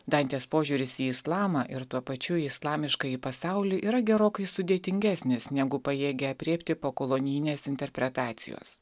dantės požiūris į islamą ir tuo pačiu islamiškąjį pasaulį yra gerokai sudėtingesnis negu pajėgia aprėpti pokolonijinės interpretacijos